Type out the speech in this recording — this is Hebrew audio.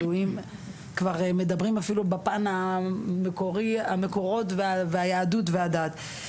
אם כבר מדברים אפילו בפן של המקורות והיהדות והדת.